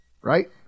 right